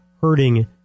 hurting